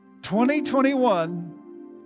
2021